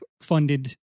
funded